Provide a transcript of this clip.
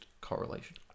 correlation